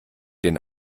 den